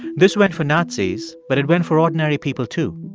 this went for nazis, but it went for ordinary people, too.